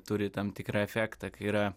turi tam tikrą efektą yra